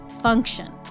function